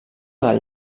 del